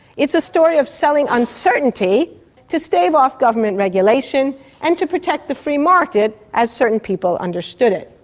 it's a story of selling uncertainty to stave off government regulation and to protect the free market, as certain people understood it.